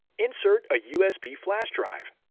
insert a usb flash drive.